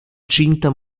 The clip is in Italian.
cinta